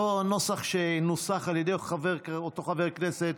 הנוסח שנוסח על ידי אותו חבר הכנסת.